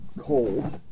cold